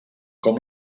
com